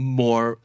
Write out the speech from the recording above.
more